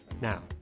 Now